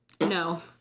No